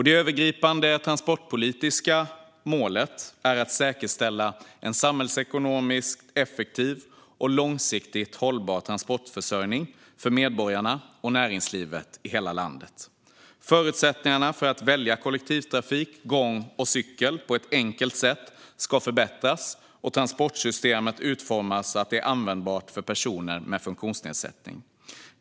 Det övergripande transportpolitiska målet är att säkerställa en samhällsekonomiskt effektiv och långsiktigt hållbar transportförsörjning för medborgarna och näringslivet i hela landet. Förutsättningarna för att välja kollektivtrafik, gång och cykel på ett enkelt sätt ska förbättras och transportsystemet utformas så att det är användbart för personer med funktionsnedsättning.